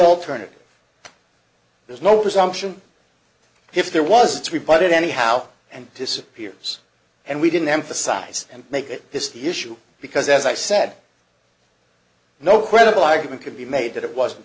alternative there's no presumption if there was to be but it anyhow and disappears and we didn't emphasize and make this the issue because as i said no credible argument could be made that it wasn't